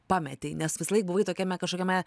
pametei nes visąlaik buvai tokiame kažkokiame